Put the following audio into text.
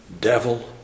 devil